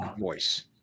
voice